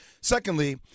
Secondly